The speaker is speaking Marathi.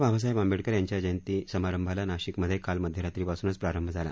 बाबासाहेब आंबेडकर यांच्या जयंती समारंभाला नाशिक मध्ये काल मध्यरात्रीपासूनच प्रारंभ झाला